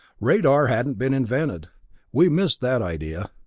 radar hadn't been invented we missed that idea.